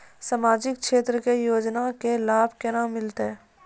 समाजिक क्षेत्र के योजना के लाभ केना मिलतै?